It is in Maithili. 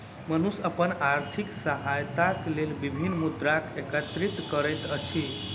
मनुख अपन आर्थिक सहायताक लेल विभिन्न मुद्रा एकत्रित करैत अछि